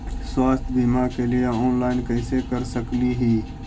स्वास्थ्य बीमा के लिए ऑनलाइन कैसे कर सकली ही?